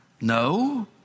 No